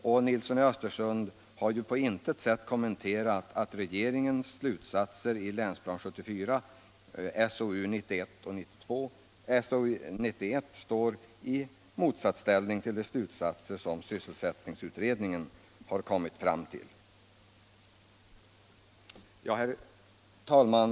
Herr Nilsson i Östersund har inte på något sätt kommenterat att regeringens slutsatser i länsplanering 1974 — SOU 1975:91 — står i motsatsställning till de slutsatser som sysselsättningsutredningen har kommit fram till. Herr talman!